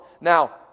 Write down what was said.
Now